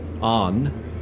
on